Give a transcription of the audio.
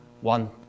one